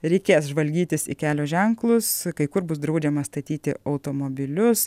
reikės žvalgytis į kelio ženklus kai kur bus draudžiama statyti automobilius